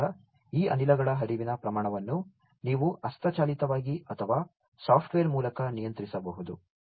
ಆದ್ದರಿಂದ ಈ ಅನಿಲಗಳ ಹರಿವಿನ ಪ್ರಮಾಣವನ್ನು ನೀವು ಹಸ್ತಚಾಲಿತವಾಗಿ ಅಥವಾ ಸಾಫ್ಟ್ವೇರ್ ಮೂಲಕ ನಿಯಂತ್ರಿಸಬಹುದು